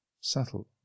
subtle